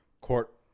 Court